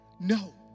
No